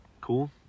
Cool